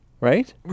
right